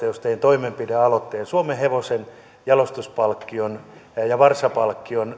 jos teen vuonna seitsemäntoista toimenpidealoitteen suomenhevosen jalostuspalkkion ja ja varsapalkkion